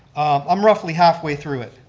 i'm roughly halfway through it.